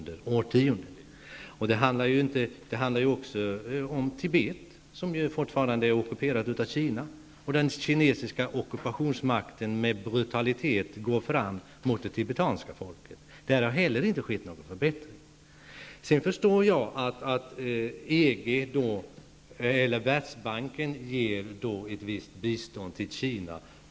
Det handlar också om Tibet, som fortfarande är ockuperat av Kina — den kinesiska ockupationsmakten går fram med brutalitet mot det tibetanska folket. Där har inte heller skett någon förbättring. Jag förstår att Världsbanken ger ett visst bistånd till Kina.